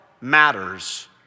matters